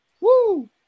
woo